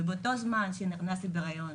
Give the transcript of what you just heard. באותו זמן שנכנסתי להריון